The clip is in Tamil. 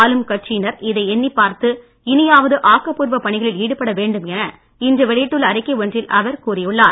ஆளும் கட்சியினர் இதை எண்ணிப் பார்த்து இனியாவது ஆக்கப் பூர்வ பணிகளில் ஈடுபட வேண்டும் என இன்று வெளியிட்டுள்ள அறிக்கை ஒன்றில் அவர் கூறியுள்ளார்